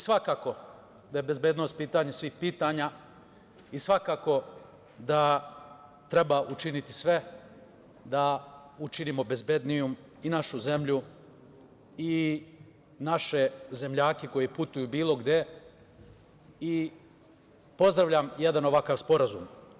Svakako da je bezbednost pitanje svih pitanja i svakako da treba učiniti sve da učinimo bezbednijom i našu zemlju i naše zemljake koji putuju bilo gde i pozdravljam jedan ovakav sporazum.